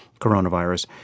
coronavirus